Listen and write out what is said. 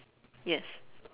yes